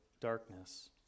darkness